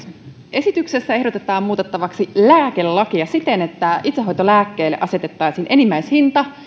esityksessä ehdotetaan muutettavaksi lääkelakia siten että itsehoitolääkkeille asetettaisiin enimmäishinta